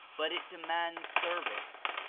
but it de mands service.